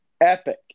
Epic